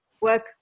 work